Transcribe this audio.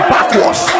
Backwards